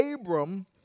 Abram